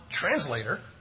translator